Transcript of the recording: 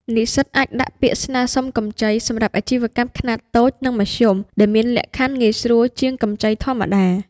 និស្សិតអាចដាក់ពាក្យស្នើសុំកម្ចីសម្រាប់អាជីវកម្មខ្នាតតូច និងមធ្យម ដែលមានលក្ខខណ្ឌងាយស្រួលជាងកម្ចីធម្មតា។